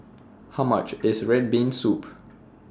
How much IS Red Bean Soup